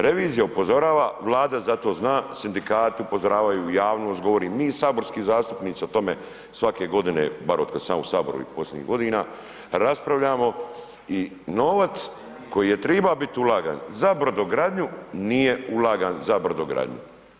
Revizija upozorava, Vlada za to zna, sindikati upozoravaju, javnost govori, mi saborski zastupnici o tome svake godine, bar otkad sam ja u Saboru i posljednjih godina raspravljamo i novac koji je trebao biti ulagan za brodogradnju, nije ulagan za brodogradnju.